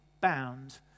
bound